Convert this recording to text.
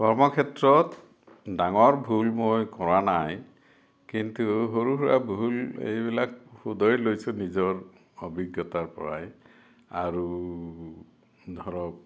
কৰ্মক্ষেত্ৰত ডাঙৰ ভুল মই কৰা নাই কিন্তু সৰু সুৰা ভুল এইবিলাক শুধৰাই লৈছোঁ নিজৰ অভিজ্ঞতাৰ পৰাই আৰু ধৰক